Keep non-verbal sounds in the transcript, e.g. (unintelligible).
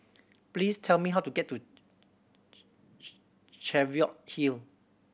please tell me how to get to (unintelligible) Cheviot Hill